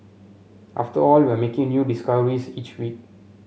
after all we're making new discoveries each week